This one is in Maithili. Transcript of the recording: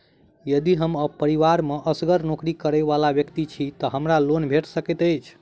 यदि हम परिवार मे असगर नौकरी करै वला व्यक्ति छी तऽ हमरा लोन भेट सकैत अछि?